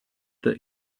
that